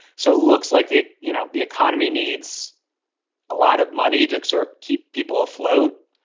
so it looks like the you know, the economy needs a lot of money to fix or keep people afloat.